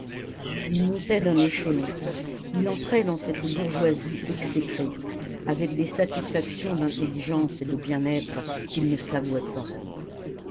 il montait d'un échelon il entrait dans cette bourgeoisie exécrée avec des satisfactions d'intelligence et de bien-être qu'il ne s'avouait pas